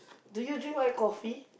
do you drink white coffee